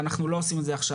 ואנחנו לא עושים את זה עכשיו.